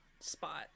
spot